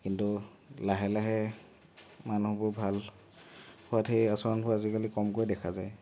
কিন্তু লাহে লাহে মানুহবোৰ ভাল হোৱাত সেই আচৰণবোৰ আজিকালি কমকৈ দেখা যায়